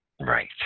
Right